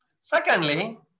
Secondly